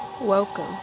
Welcome